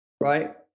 right